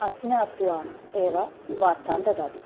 अज्ञात्वा एव वार्तान् ददाति